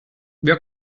wir